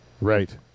Right